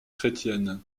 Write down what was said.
chrétienne